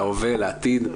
להווה ולעתיד לפי הסדר.